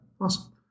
Awesome